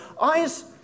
eyes